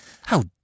How